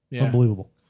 unbelievable